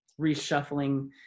reshuffling